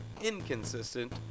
inconsistent